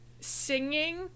singing